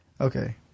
Okay